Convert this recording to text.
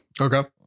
Okay